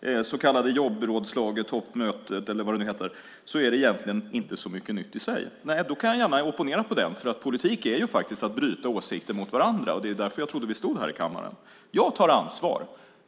det så kallade jobbrådslagettoppmötet, eller vad det nu heter, är det egentligen inte så mycket nytt i sig. Då kan jag gärna opponera på den, för politik är att bryta åsikter mot varandra. Jag trodde att det var därför vi stod här i kammaren.